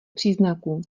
příznaků